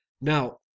Now